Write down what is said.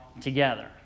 together